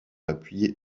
appuyé